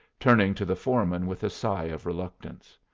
turning to the foreman with a sigh of reluctance.